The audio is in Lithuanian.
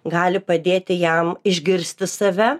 gali padėti jam išgirsti save